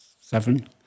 seven